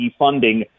defunding